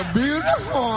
beautiful